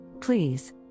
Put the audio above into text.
Please